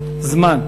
הזמן,